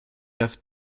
have